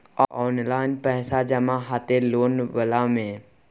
Online पैसा जमा हते लोन वाला में?